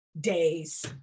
days